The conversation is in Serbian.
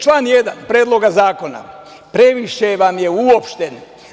Član 1. Predloga zakona previše vam je uopšten.